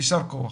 יישר כוח.